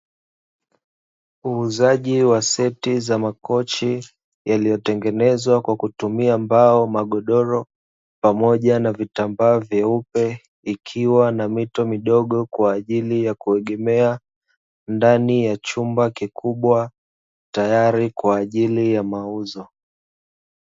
Uuzaji wa seti za makochi, yaliyotengenezwa kwa kutumia mbao, magodoro pamoja na vitambaa vyeupe, ikiwa na mito midogo kwa ajili ya kuegemea, ndani ya chumba kikubwa, tayari kwa ajili ya mauzo.